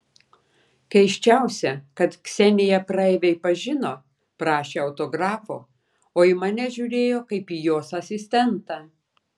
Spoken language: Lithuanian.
keisčiausia kad kseniją praeiviai pažino prašė autografo o į mane žiūrėjo kaip į jos asistentą